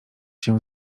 się